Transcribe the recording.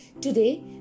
Today